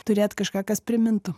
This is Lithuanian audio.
turėt kažką kas primintų